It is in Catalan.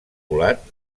volat